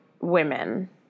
women